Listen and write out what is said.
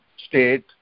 state